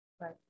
Right